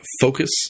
focus